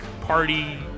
party